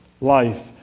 life